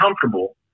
comfortable